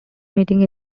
meeting